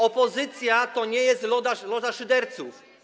Opozycja to nie jest loża szyderców.